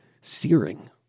searing